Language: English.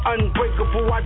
Unbreakable